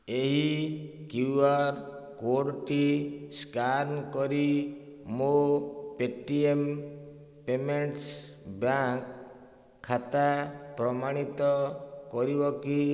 ଏହି କ୍ୟୁଆର୍ କୋଡ଼୍ଟି ସ୍କାନ୍ କରି ମୋ ପେଟିଏମ୍ ପେମେଣ୍ଟସ୍ ବ୍ୟାଙ୍କ୍ ଖାତା ପ୍ରମାଣିତ କରିବ କି